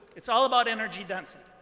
it's all about energy density.